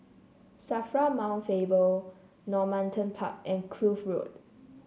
Safra Mount Faber Normanton Park and Kloof Road